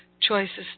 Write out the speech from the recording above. choices